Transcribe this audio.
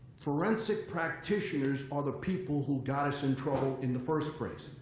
forensic practitioners are the people who got us in trouble in the first place.